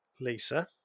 Lisa